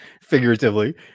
figuratively